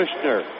Kushner